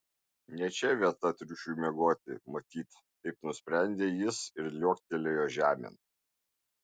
ne čia vieta triušiui miegoti matyt taip nusprendė jis ir liuoktelėjo žemėn